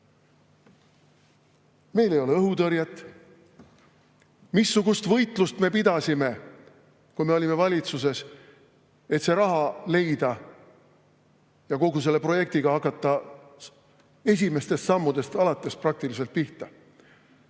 Meil ei ole õhutõrjet. Missugust võitlust me pidasime, kui me olime valitsuses, et see raha leida ja kogu selle projektiga hakata praktiliselt esimestest sammudest alates pihta!